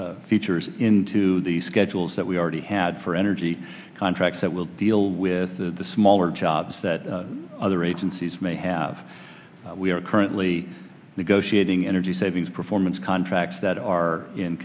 features into the schedules that we already had for energy contracts that will deal with the smaller jobs that other agencies may have we are currently negotiating energy savings performance contracts that are in